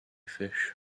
fish